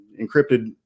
encrypted